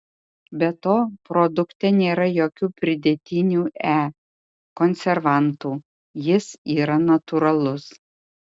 be to produkte nėra jokių pridėtinių e konservantų jis yra natūralus